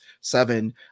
seven